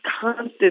constant